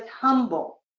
humble